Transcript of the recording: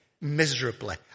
miserably